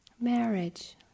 marriage